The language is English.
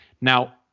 now